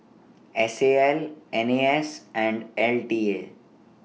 S A L N A S and L T A